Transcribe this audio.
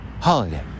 holiday